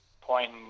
point